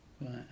Right